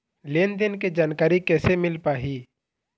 लेन देन के जानकारी कैसे मिल पाही?